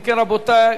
אם כן, רבותי,